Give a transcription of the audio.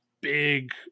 big